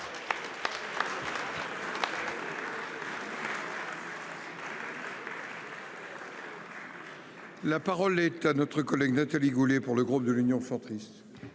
La parole est à notre collègue Nathalie Goulet, pour le groupe de l'Union centriste.